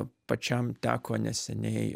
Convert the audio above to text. pačiam teko neseniai